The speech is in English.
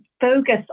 focus